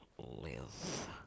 live